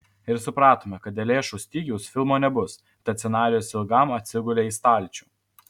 ir supratome kad dėl lėšų stygiaus filmo nebus tad scenarijus ilgam atsigulė į stalčių